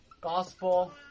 gospel